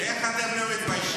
אנחנו גאים.